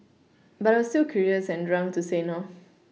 but I was too curious and drunk to say no